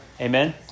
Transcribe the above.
Amen